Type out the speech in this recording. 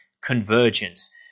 convergence